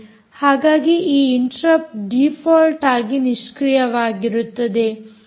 ಹಾಗಾಗಿ ಈ interrupt default ಆಗಿ ನಿಷ್ಕ್ರಿಯವಾಗಿರುತ್ತದೆ